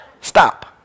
Stop